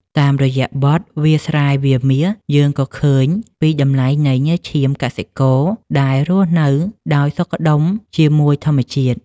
តាមរយៈបទ «វាលស្រែវាលមាស» យើងក៏ឃើញពីតម្លៃនៃញើសឈាមកសិករដែលរស់នៅដោយសុខដុមជាមួយធម្មជាតិ។